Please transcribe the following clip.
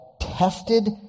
tested